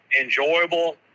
enjoyable